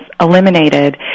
eliminated